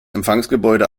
empfangsgebäude